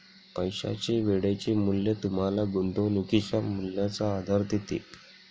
पैशाचे वेळेचे मूल्य तुम्हाला गुंतवणुकीच्या मूल्याचा आधार देते